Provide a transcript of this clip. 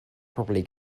properly